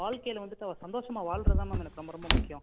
வாழ்க்கைல வந்துட்டு அவள் சந்தோஷமாக வாழ்றதுதான் மேம் எனக்கு ரொம்ப ரொம்ப முக்கியம்